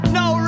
no